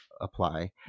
apply